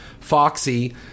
Foxy